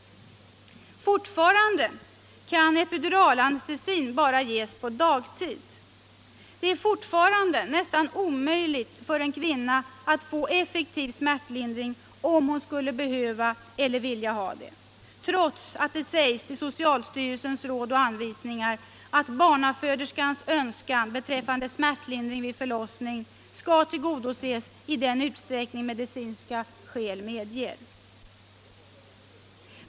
Fortfarande kan epiduralanestesi bara ges på dagtid. Det är fortfarande nästan omöjligt för en kvinna att få effektiv smärtlindring om hon skulle behöva eller vilja ha det, trots att det sägs i socialstyrelsens råd och anvisningar att barnaföderskans önskan beträffande smärtlindring vid förlossning skall tillgodoses i den utsträckning medicinska skäl medger.